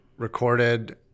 recorded